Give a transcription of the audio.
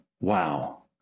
wow